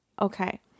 Okay